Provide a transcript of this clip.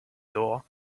door